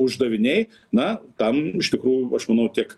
uždaviniai na tam iš tikrųjų aš manau tiek